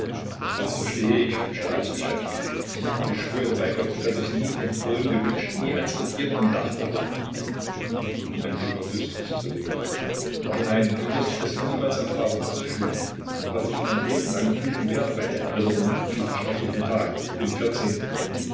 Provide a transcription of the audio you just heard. was verstehe ich von staatsgeschäften ich schwöre bei gott daß ich nie den thron gewünscht nie ans regieren gedacht habe wenn du nur wüßtest rylejew aber nein du wirst es niemals erfahren was ich fühle und was ich mein leben lang fühlen werde bei der erinnerung an diesen schrecklichen tag den